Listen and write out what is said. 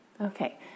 Okay